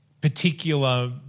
particular